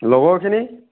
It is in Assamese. লগৰখিনি